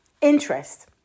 Interest